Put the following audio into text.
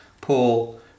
Paul